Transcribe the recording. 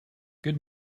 good